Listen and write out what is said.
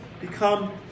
become